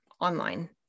online